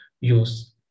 use